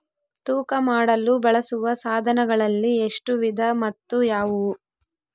ತೂಕ ಮಾಡಲು ಬಳಸುವ ಸಾಧನಗಳಲ್ಲಿ ಎಷ್ಟು ವಿಧ ಮತ್ತು ಯಾವುವು?